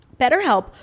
BetterHelp